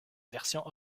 version